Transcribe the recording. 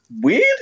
weird